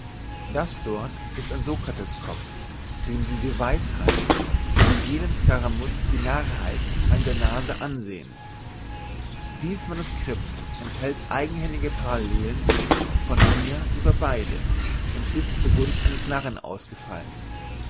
das dort ist ein sokrates kopf dem sie die weisheit so wie jenem skaramuz die narrheit an der nase ansehen dies manuscript enthält eigenhändige parallelen von mir über beide und ist zu gunsten des narren ausgefallen